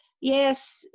yes